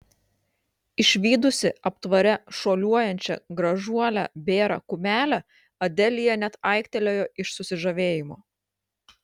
išvydusi aptvare šuoliuojančią gražuolę bėrą kumelę adelija net aiktelėjo iš susižavėjimo